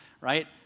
right